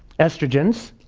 estrogens,